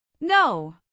No